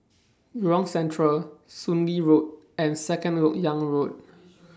Jurong Central Soon Lee Road and Second Lok Yang Road